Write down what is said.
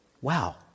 wow